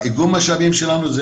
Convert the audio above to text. איגום המשאבים שלנו,